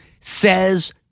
says